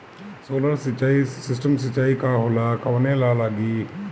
Solar system सिचाई का होला कवने ला लागी?